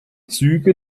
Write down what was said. züge